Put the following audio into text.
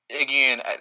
Again